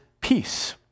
peace